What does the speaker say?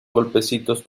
golpecitos